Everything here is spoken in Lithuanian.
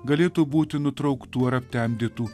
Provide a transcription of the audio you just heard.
galėtų būti nutrauktų ar aptemdytų